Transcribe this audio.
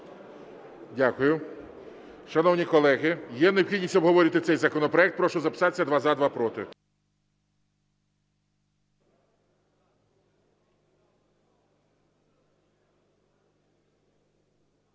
Дякую. Шановні колеги, є необхідність обговорити цей законопроект. Прошу записатися: два – за, два – проти.